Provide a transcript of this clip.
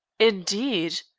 indeed.